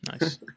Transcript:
Nice